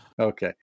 Okay